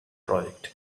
projects